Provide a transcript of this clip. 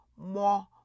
more